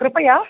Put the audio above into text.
कृपया